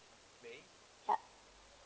ya